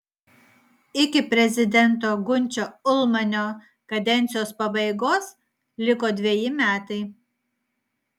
iki prezidento gunčio ulmanio kadencijos pabaigos liko dveji metai